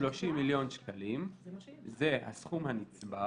30 מיליון שקלים זה הסכום הנצבר